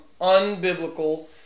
unbiblical